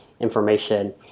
Information